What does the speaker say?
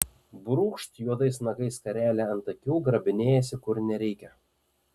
brūkšt juodais nagais skarelę ant akių grabinėjasi kur nereikia